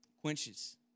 quenches